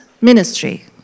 Ministry